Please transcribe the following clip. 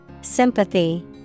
Sympathy